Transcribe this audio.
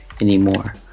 anymore